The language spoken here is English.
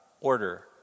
order